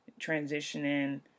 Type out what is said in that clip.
transitioning